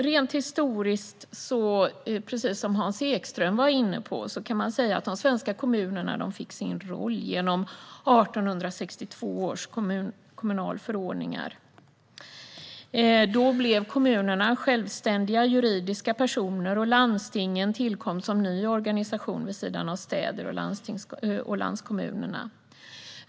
Rent historiskt kan man, som Hans Ekström var inne på, säga att de svenska kommunerna fick sin roll genom 1862 års kommunalförordningar. Då blev kommunerna självständiga juridiska personer, och landstingen tillkom som ny organisation vid sidan av städer och landskommuner.